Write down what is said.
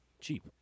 Cheap